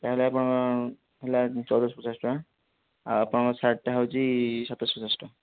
ତା'ହେଲେ ଆପଣଙ୍କ ହେଲା ଚଉଦଶହ ପଚାଶ ଟଙ୍କା ଆଉ ଆପଣଙ୍କ ସାର୍ଟ୍ଟା ହେଉଛି ସାତଶହ ପଚାଶ ଟଙ୍କା